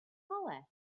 hollie